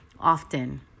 often